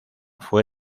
fue